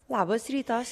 labas rytas